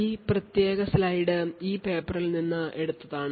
ഈ പ്രത്യേക സ്ലൈഡ് ഈ പേപ്പറിൽ നിന്ന് എടുത്തതാണ്